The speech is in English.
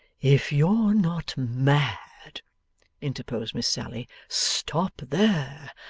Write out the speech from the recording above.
if you're not mad interposed miss sally, stop there,